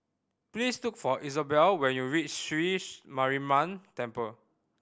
please look for Isobel when you reach Sri Mariamman Temple